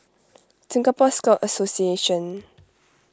Singapore Scout Association